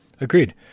Agreed